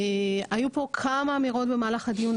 היו פה כמה אמירות במהלך הדיון,